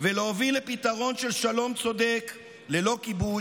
להביא כמה חבילות של עוגיות וחלבה,